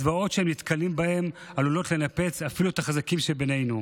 הזוועות שהם נתקלים בהן עלולות לנפץ אפילו את החזקים שבינינו,